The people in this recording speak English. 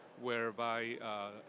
whereby